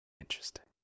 Interesting